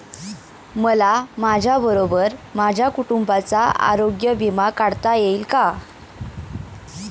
मला माझ्याबरोबर माझ्या कुटुंबाचा आरोग्य विमा काढता येईल का?